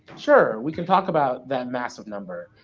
sure we can talk about that massive number,